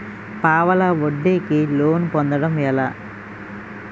పావలా వడ్డీ కి లోన్ పొందటం ఎలా?